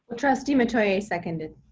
trustee metoyer seconded